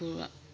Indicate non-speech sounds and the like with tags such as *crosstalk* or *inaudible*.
*unintelligible*